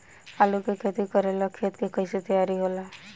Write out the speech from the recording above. आलू के खेती करेला खेत के कैसे तैयारी होला?